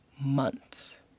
months